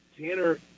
Tanner –